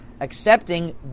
Accepting